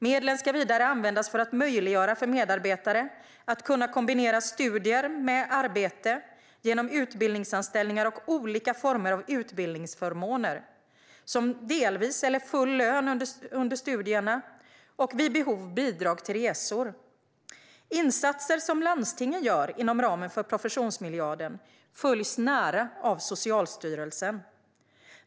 Medlen ska vidare användas för att möjliggöra för medarbetare att kombinera studier med arbete genom utbildningsanställningar och olika former av utbildningsförmåner, som delvis eller full lön under studierna och vid behov bidrag till resor. Insatser som landstingen gör inom ramen för professionsmiljarden följs nära av Socialstyrelsen.